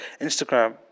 Instagram